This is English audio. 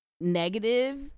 negative